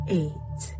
eight